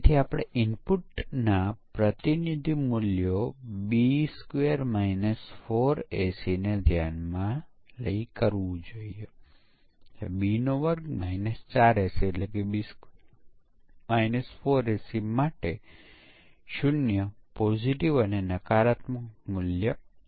તેથી કોઈ ફિલ્ટર આપ્યા પછી રહી ગયેલી ભૂલોને તે ફિલ્ટરની વધુ એપ્લિકેશન દ્વારા દૂર કરી શકાતી નથી અને તે સ્થળોએ ભૂલોને સુધારીને નવી ભૂલો પણ રજૂ કરવામાં આવે છે નવા પ્રકારના ભૂલો ત્યાં છે